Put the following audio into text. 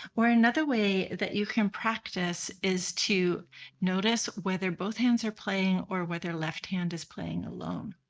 or another way that you can practice is to notice whether both hands are playing or whether left hand is playing alone.